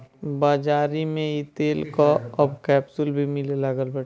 बाज़ारी में इ तेल कअ अब कैप्सूल भी मिले लागल बाटे